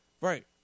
Right